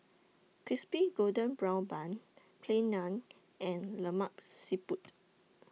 Crispy Golden Brown Bun Plain Naan and Lemak Siput